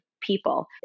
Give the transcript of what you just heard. people